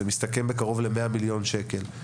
זה מסתכם בקרוב ל-100 מיליון שקלים,